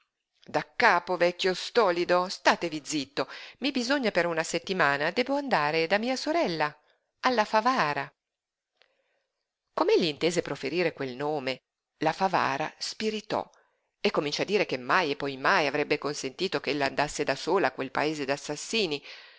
se daccapo vecchio stolido statevi zitto i bisogna per una settimana debbo andare da mia sorella alla favara com'egli intese proferire quel nome di favara spiritò e cominciò a dire che mai e poi mai avrebbe consentito ch'ella andasse sola a quel paese d'assassini